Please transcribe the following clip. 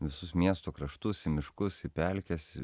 visus miesto kraštus į miškus pelkes